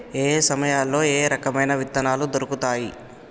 ఏయే సమయాల్లో ఏయే రకమైన విత్తనాలు దొరుకుతాయి?